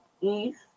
East